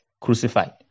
crucified